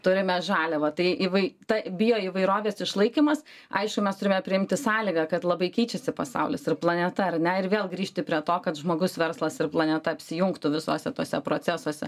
turime žaliavą tai įvai ta bio įvairovės išlaikymas aišku mes turime priimti sąlygą kad labai keičiasi pasaulis ir planeta ar ne ir vėl grįžti prie to kad žmogus verslas ir planeta apsijungtų visuose tuose procesuose